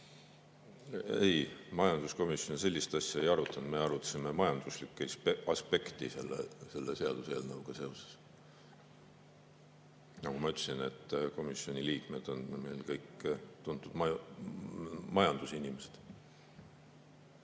Ei, majanduskomisjon sellist asja ei arutanud. Me arutasime majanduslikku aspekti selle seaduseelnõuga seoses. Nagu ma ütlesin, komisjoni liikmed on meil kõik tuntud majandusinimesed.